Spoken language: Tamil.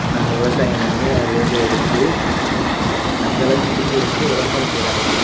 நம்ம விவசாயம் பண்ணி அதுலேருந்து எடுத்து அந்தளவுக்கு வீடியோ எடுத்து விளம்பரம் செய்கிறாங்க